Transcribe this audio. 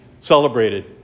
celebrated